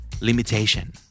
Limitation